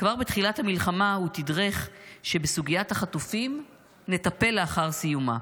כבר בתחילת המלחמה הוא תדרך שבסוגיית החטופים נטפל לאחר סיומה.